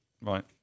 right